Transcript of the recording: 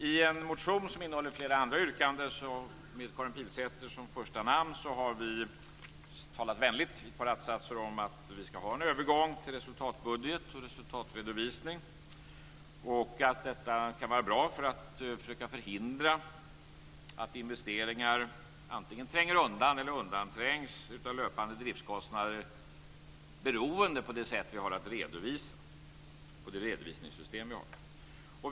I en motion som har Karin Pilsäter som första namn och som innehåller flera yrkanden talar vi i ett par att-satser vänligt om att vi ska ha en övergång till resultatbudget och resultatredovisning och om att detta kan vara bra för att försöka förhindra att investeringar antingen tränger undan eller undanträngs av löpande driftskostnader, beroende på det redovisningssystem som vi har.